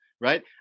right